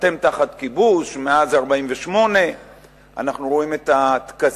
אתם תחת כיבוש מאז 48'. אנחנו רואים את הטקסים